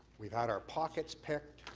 we've had our pockets picked,